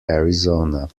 arizona